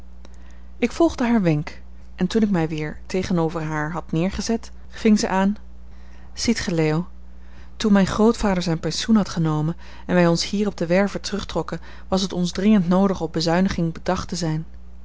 ik volgde haar wenk en toen ik mij weer tegenover haar had nedergezet ving zij aan ziet gij leo toen mijn grootvader zijn pensioen had genomen en wij ons hier op de werve terugtrokken was het ons dringend noodig op bezuiniging bedacht te zijn